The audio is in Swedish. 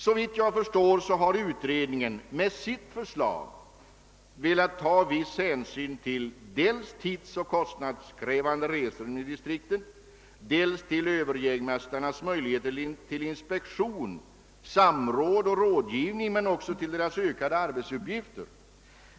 Såvitt jag förstår har utredningen med sitt förslag velat ta viss hänsyn till de tidsoch kostnadskrävande resorna inom distrikten, dels till överjägmästarnas möjligheter till inspektion, samråd och rådgivning, dels till deras ökade arbetsuppgifter.